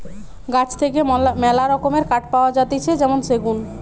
গাছ থেকে মেলা রকমের কাঠ পাওয়া যাতিছে যেমন সেগুন